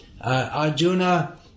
Arjuna